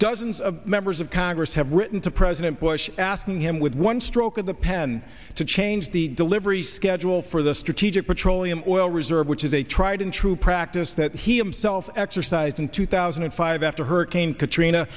dozens of members of congress have written to president bush asking him with one stroke of the pen to change the delivery schedule for the strategic petroleum oil reserve which is a tried and true practice that he himself exercised in two thousand and five after hurricane katrina